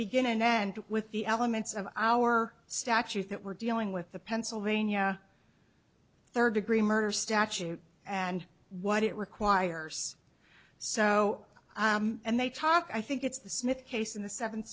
and end with the elements of our statute that we're dealing with the pennsylvania third degree murder statute and what it requires so and they talk i think it's the smith case in the seventh